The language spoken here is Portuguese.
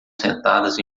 sentadas